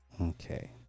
Okay